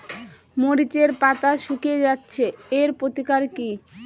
মরিচের পাতা শুকিয়ে যাচ্ছে এর প্রতিকার কি?